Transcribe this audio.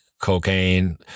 cocaine